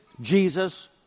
Jesus